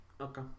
Okay